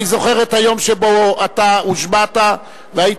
אני זוכר את היום שבו אתה הושבעת והיית